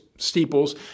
steeples